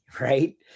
right